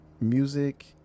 music